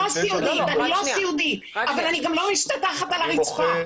סיעודית אבל אני גם לא משטחת על הרצפה.